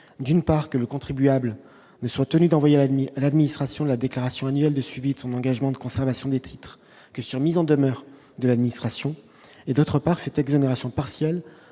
d'une part que le contribuable ne soit tenu d'envoyer à admis à l'administration de la déclaration annuelle de suivi de son engagement de conservation des titres question mise en demeure de l'administration et, d'autre part c'est exonération partielle